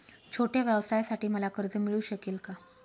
छोट्या व्यवसायासाठी मला कर्ज मिळू शकेल का?